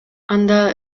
анда